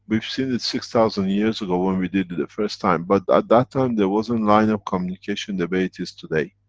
we've seen it six thousand years ago, when we did it the first time, but, at that time there wasn't line of communication the way it is today.